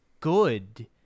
good